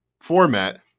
format